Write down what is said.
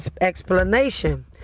explanation